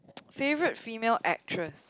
favourite female actress